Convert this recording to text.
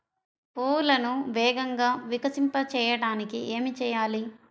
పువ్వులను వేగంగా వికసింపచేయటానికి ఏమి చేయాలి?